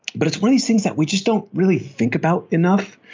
but it's one of these things that we just don't really think about enough.